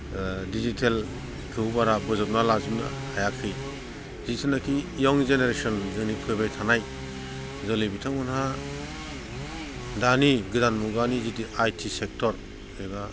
डिजिटेलखौ बारा बज'बना लाजुबनो हायाखै जितुनाकि यं जेनेरेसन जोंनि फैबाय थानाय दिनै बिथांमोनहा दानि गोदान मुगानि जितु आइ टि सेक्ट'र एबा